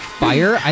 fire